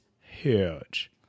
huge